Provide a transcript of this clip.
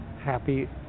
happy